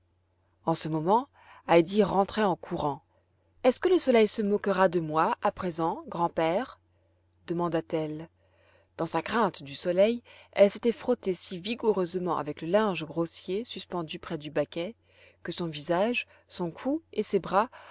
en ce moment heidi rentrait en courant est-ce que le soleil se moquera de moi à présent grand-père demanda-t-elle dans sa crainte du soleil elle s'était frottée si vigoureusement avec le linge grossier suspendu près du baquet que son visage son cou et ses bras